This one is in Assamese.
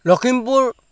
লখিমপুৰ